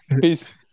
Peace